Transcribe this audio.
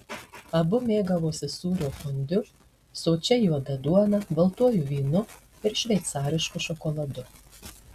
abu mėgavosi sūrio fondiu sočia juoda duona baltuoju vynu ir šveicarišku šokoladu